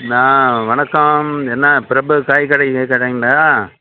அண்ணா வணக்கம் என்ன பிரபு காய்கறி கடைங்களா